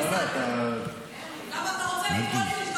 ולמזלך אתה לא דודי אמסלם.